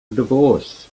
divorce